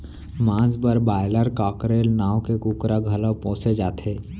मांस बर broiler, cockerel नांव के कुकरा घलौ पोसे जाथे